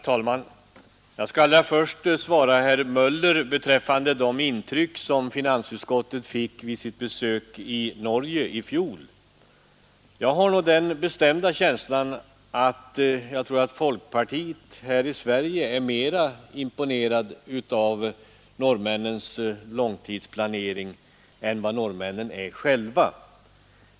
Herr talman! Jag skall allra först svara herr Möller i Göteborg beträffande de intryck som finansutskottet fick vid sitt besök i Norge i fjol. Jag har den bestämda känslan av att folkpartiet här i Sverige är mera imponerat av norrmännens långtidsplanering än vad norrmännen är själva.